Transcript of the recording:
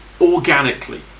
organically